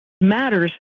Matters